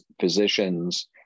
physicians